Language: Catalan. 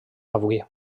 avui